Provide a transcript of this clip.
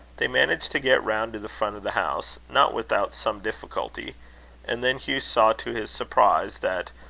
they managed to get round to the front of the house, not without some difficulty and then hugh saw to his surprise that,